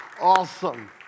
Awesome